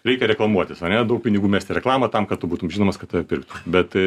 reikia reklamuotis ane daug pinigų mest į reklamą tam kad tu būtum žinomas kad tave pirktų bet tai